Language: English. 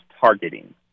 targeting